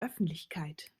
öffentlichkeit